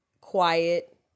quiet